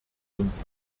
uns